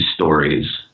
stories